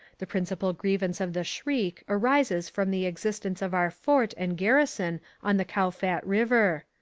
the principal grievance of the shriek arises from the existence of our fort and garrison on the kowfat river.